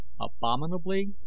abominably